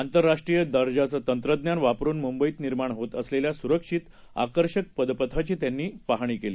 आंतरराष्ट्रीयदर्जाचंतंत्रज्ञानवापरूनमुंबईतनिर्माणहोतअसलेल्यासुरक्षित आकर्षकपदपथाचीत्यांनीपहाणीकेली